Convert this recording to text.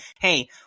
hey